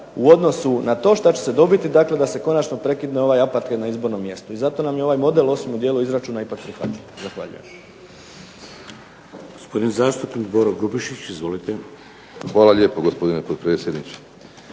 u odnosu na to šta će se dobiti dakle da se konačno prekine ovaj …/Ne razumije se./… na izbornom mjestu. I zato nam je ovaj model osim u dijelu izračuna ipak prihvatljiv. Zahvaljujem.